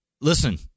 Listen